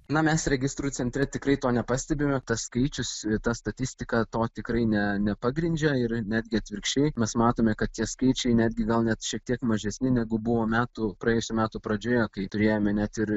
na mes registrų centre tikrai to nepastebime tas skaičius ir ta statistika to tikrai ne nepagrindžia ir netgi atvirkščiai mes matome kad tie skaičiai netgi gal net šiek tiek mažesni negu buvo metų praėjusių metų pradžioje kai turėjome net ir